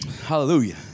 Hallelujah